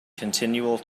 continual